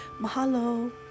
Mahalo